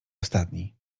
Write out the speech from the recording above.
ostatni